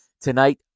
Tonight